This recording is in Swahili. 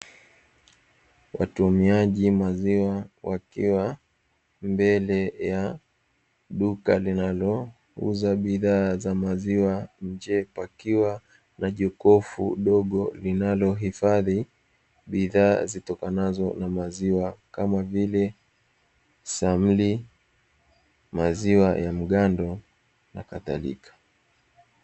Watumiaji maziwa wakiwa mbele ya duka linalouza bidhaa za maziwa nje pakiwa na jokofu dogo linalohifadhi bidhaa zitokanazo na maziwa kama vile: samli, maziwa ya mgando na kadhalika.